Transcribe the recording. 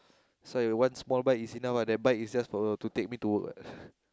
sir one small bike is enough ah that bike is just to send me to work